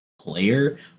player